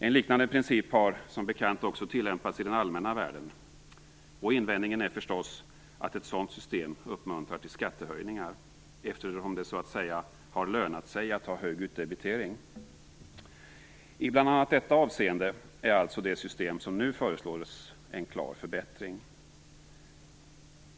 En liknande princip har som bekant också tillämpats i den allmänna världen. Invändningen är förstås att ett sådant system uppmuntrar till skattehöjningar, eftersom det så att säga har lönat sig att ha hög utdebitering. I bl.a. detta avseende är alltså det system som nu föreslås en klar förbättring.